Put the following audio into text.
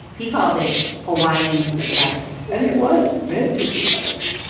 he called it hawaiian lite and it was meant to be lite,